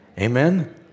Amen